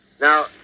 Now